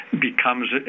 becomes